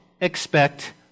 expect